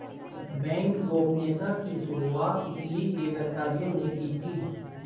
bank गोपनीयता की शुरुआत इटली के व्यापारियों ने की थी